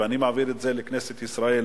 ואני מעביר את זה לכנסת ישראל,